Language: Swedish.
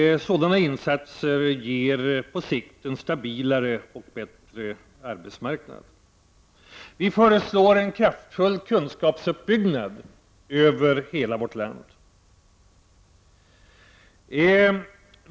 Sådana insatser ger på sikt en stabilare och bättre arbetsmarknad. Vi föreslår en kraftfull kunskapsuppbyggnad över hela landet.